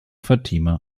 fatima